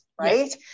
Right